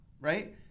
right